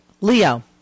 Leo